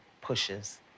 pushes